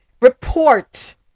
report